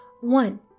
one